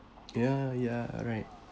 ya ya right